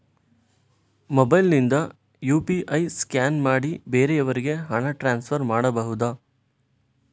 Mobile ನಿಂದ UPI scan ಮಾಡಿ ಬೇರೆಯವರಿಗೆ ಹಣ ಟ್ರಾನ್ಸ್ಫರ್ ಮಾಡಬಹುದ?